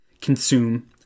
consume